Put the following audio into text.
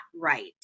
right